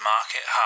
Market